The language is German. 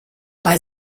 bei